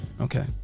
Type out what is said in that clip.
Okay